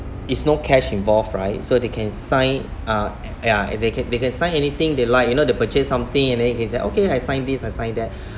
it's no cash involve right so they can sign uh ya they can they can sign anything they like you know they purchase something and then you can say okay I sign this I sign that